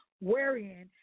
Wherein